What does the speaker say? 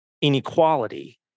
inequality